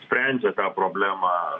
sprendžia tą problemą